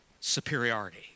superiority